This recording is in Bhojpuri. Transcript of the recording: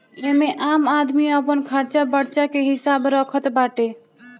एमे आम आदमी अपन खरचा बर्चा के हिसाब रखत बाटे